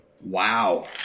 Wow